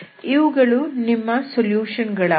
ಇವುಗಳು ನಿಮ್ಮ ಸೊಲ್ಯೂಷನ್ ಗಳಾಗಿವೆ